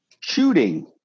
shooting